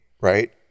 right